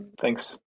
Thanks